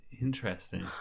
Interesting